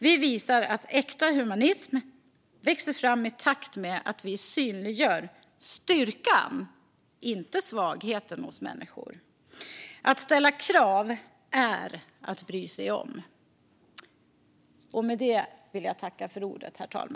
Vi visar att äkta humanism växer fram i takt med att vi synliggör styrkan, inte svagheten, hos människor. Att ställa krav är att bry sig om.